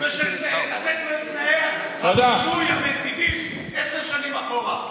ולתת לו את תנאי המיסוי המיטיבים עשר שנים אחורה.